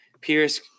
Pierce